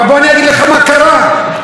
33,000 דונם נשרפו,